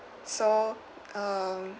so um